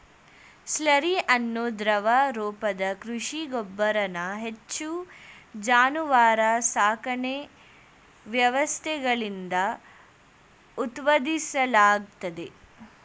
slurry ಅನ್ನೋ ದ್ರವ ರೂಪದ ಕೃಷಿ ಗೊಬ್ಬರನ ಹೆಚ್ಚು ಜಾನುವಾರು ಸಾಕಣೆ ವ್ಯವಸ್ಥೆಗಳಿಂದ ಉತ್ಪಾದಿಸಲಾಗ್ತದೆ